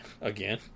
again